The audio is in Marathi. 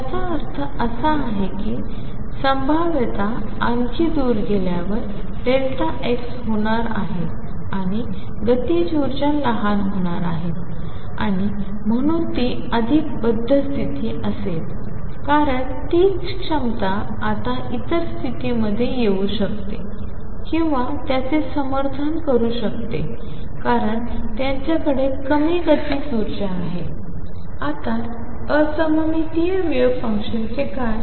याचा अर्थ असा आहे की संभाव्यता आणखी दूर गेल्यावर x मोठा होणार आहे आणि गतीज ऊर्जा लहान होणार आहे आणि म्हणून ती अधिक बद्ध स्तिथी असेल कारण तीच क्षमता आता इतर स्तिथीमध्ये येऊ शकते किंवा त्यांचे समर्थन करू शकते कारण त्यांच्याकडे कमी गतिज ऊर्जा आहे आता असममितीय वेव्ह फंक्शनचे काय